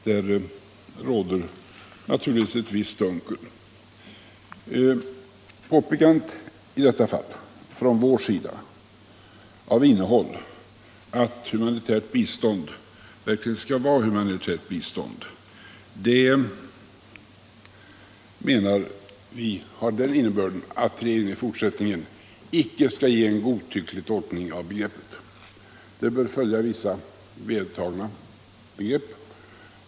Här råder naturligtvis ett visst dunkel. Med påpekandet från vår sida att humanitärt bistånd verkligen skall vara humanitärt bistånd menar vi att det även i fortsättningen icke skall ges en godtycklig tolkning av begreppet. Det bör följa vissa vedertagna begrepp.